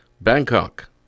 Bangkok